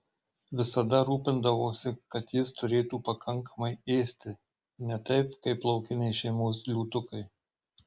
visada rūpindavausi kad jis turėtų pakankamai ėsti ne taip kaip laukiniai šeimos liūtukai